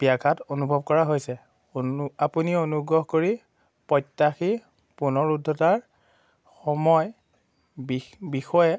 ব্যাঘাত অনুভৱ কৰা হৈছে আপুনি অনুগ্ৰহ কৰি প্ৰত্যাশি পুনৰুদ্ধতাৰ সময় বিষয়ে